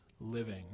living